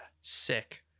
sick